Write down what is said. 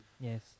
yes